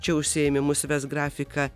čia užsiėmimus ves grafika